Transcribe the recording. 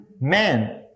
man